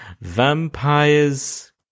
vampires